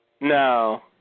No